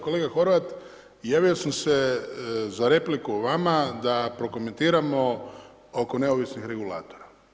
Kolega Horvat javio sam se za repliku vama da prokomentiramo oko neovisnih regulatora.